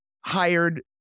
hired